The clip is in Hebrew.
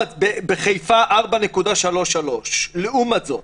בחיפה 4.33. לעומת זאת,